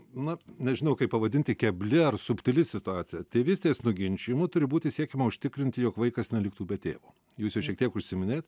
na nežinau kaip pavadinti kebli ar subtili situacija tėvystės nuginčijimu turi būti siekiama užtikrinti jog vaikas neliktų be tėvo jūs jau šiek tiek užsiminėt